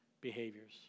behaviors